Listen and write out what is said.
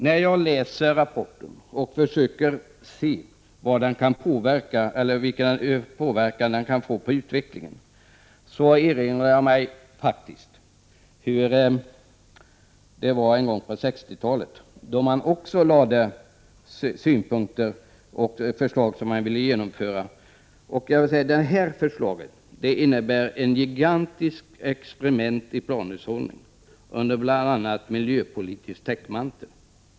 När jag läser rapporten och försöker se vilken påverkan den kan få på utvecklingen, erinrar jag mig faktiskt hur det var en gång på 60-talet då det också fanns förslag som man ville genomföra. Jag vill säga att det här förslaget innebär ett gigantiskt experiment i planhushållning under bl.a. miljöpolitisk täckmantel.